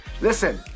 Listen